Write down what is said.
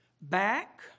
back